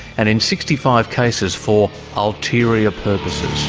and in sixty five cases, for ulterior purposes.